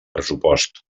pressupost